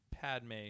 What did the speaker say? Padme